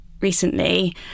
recently